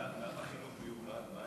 למה חינוך מיוחד?